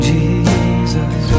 Jesus